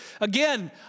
Again